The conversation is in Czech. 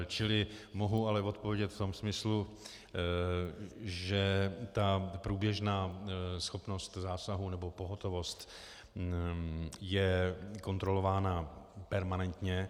Čili mohu ale odpovědět v tom smyslu, že průběžná schopnost zásahu nebo pohotovost je kontrolována permanentně.